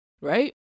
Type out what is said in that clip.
right